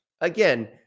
Again